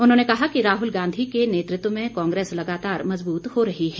उन्होंने कहा कि राहल गांधी के नेतृत्व में कांग्रेस लगातार मजबूत हो रही है